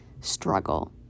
struggle